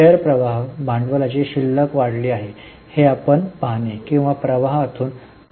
share प्रवाह भांडवलाची शिल्लक वाढली आहे हे आपण पाहणे किंवा प्रवाहातून अधिक चांगले लिहा